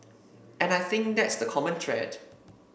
and I think that's the common thread